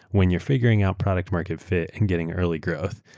when you are figuring out product market fit and getting early growth,